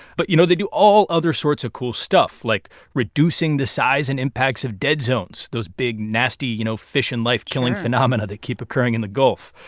but, you know, they do all other sorts of cool stuff, like reducing the size and impacts of dead zones those big nasty, you know, fish and life-killing phenomena. sure. that keep occurring in the gulf.